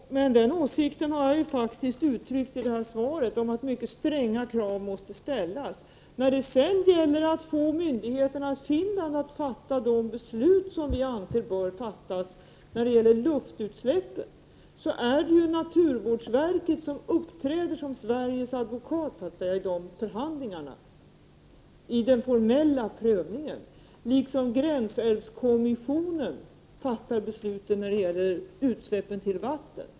Herr talman! Den åsikten har jag faktiskt uttryckt i svaret: att mycket stränga krav måste ställas. När det sedan gäller att få myndigheterna i Finland att fatta de beslut som vi anser bör fattas i fråga om utsläppen i luften är det naturvårdsverket som uppträder som Sveriges advokat i förhandlingarna, i den formella prövningen, liksom gränsälvskommissionen fattar besluten om utsläppen till vattnen.